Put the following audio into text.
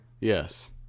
yes